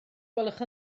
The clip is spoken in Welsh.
gwelwch